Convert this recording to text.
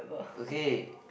okay